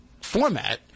format